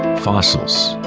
fossils.